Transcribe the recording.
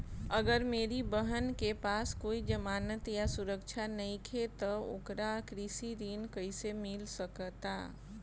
अगर मेरी बहन के पास कोई जमानत या सुरक्षा नईखे त ओकरा कृषि ऋण कईसे मिल सकता?